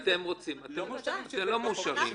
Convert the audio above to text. רוצים --- אנחנו לא מאושרים שזה בחוק,